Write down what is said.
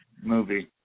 movie